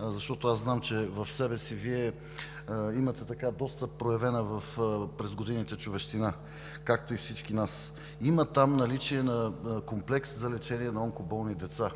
защото аз зная, че в себе си Вие имате доста проявена през годините човещина, както и всички ние – там има Комплекс за лечение на онкоболни деца,